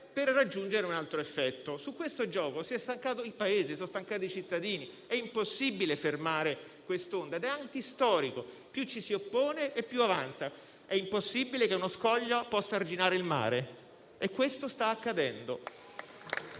per raggiungere un altro effetto. Di questo gioco si è stancato il Paese, si sono stancati i cittadini. È impossibile fermare quest'onda ed è antistorico: più ci si oppone e più avanza. È impossibile che uno scoglio possa arginare il mare e questo sta accadendo.